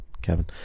Kevin